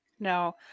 No